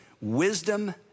Wisdom